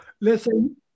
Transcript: Listen